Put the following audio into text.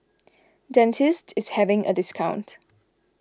Dentiste is having a discount